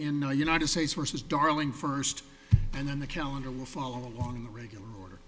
in the united states versus darling first and then the calendar will follow along the regular order